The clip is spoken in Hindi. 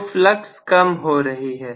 तो फ्लक्स कम हो रही है